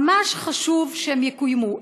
ממש חשוב שהם יקוימו.